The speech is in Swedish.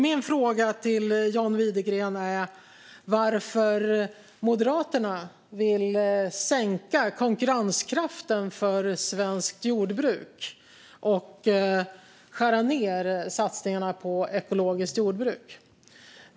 Min fråga till John Widegren är varför Moderaterna vill försämra konkurrenskraften för svenskt jordbruk och skära ned på satsningarna på ekologiskt jordbruk.